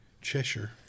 Cheshire